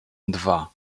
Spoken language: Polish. dwa